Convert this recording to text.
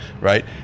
right